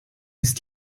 ist